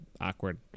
awkward